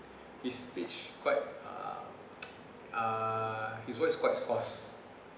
he speaks quite uh uh he's work quite